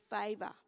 favor